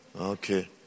Okay